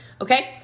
Okay